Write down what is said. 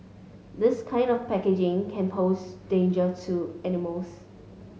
this kind of packaging can pose danger to animals